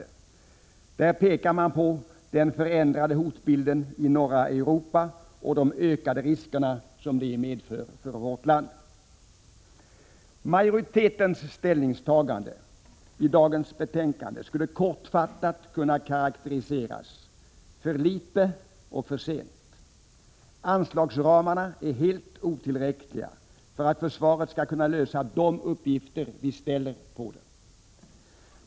I detta betänkande pekar man på den förändrade hotbilden i norra Europa och de ökade riskerna som detta medför för vårt land. Majoritetens ställningstagande i dagens betänkande skulle kortfattat kunna karakteriseras enligt följande: - För litet och för sent. - Anslagsramarna är helt otillräckliga för att försvaret skall kunna lösa de uppgifter vi ger det.